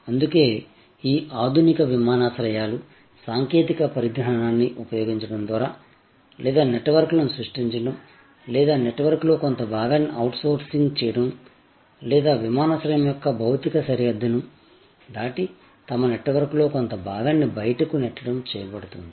అందుకే ఈ ఆధునిక విమానాశ్రయాలు సాంకేతిక పరిజ్ఞానాన్ని ఉపయోగించడం ద్వారా లేదా నెట్వర్క్లను సృష్టించడం లేదా నెట్వర్క్లో కొంత భాగాన్ని అవుట్సోర్సింగ్ చేయడం లేదా విమానాశ్రయం యొక్క భౌతిక సరిహద్దును దాటి తమ నెట్వర్క్లో కొంత భాగాన్ని బయటకు నెట్టడం చేయబడుతుంది